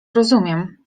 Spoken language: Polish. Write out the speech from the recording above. rozumiem